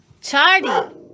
Charlie